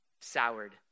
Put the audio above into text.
soured